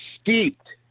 steeped